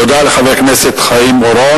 תודה לחבר הכנסת חיים אורון.